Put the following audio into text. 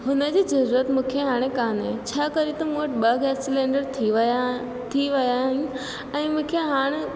हुन जी ज़रूरतु मूंखे हाणे कोन्हे छा करे त मूं वटि ॿ गैस सिलेंडर थी विया थी विया आहिनि ऐं मूंखे हाणे